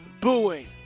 booing